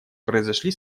произошли